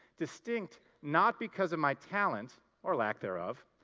distinct, not because of my talent or lack thereof,